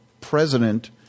president